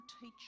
teach